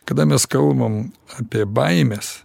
kada mes kalbam apie baimes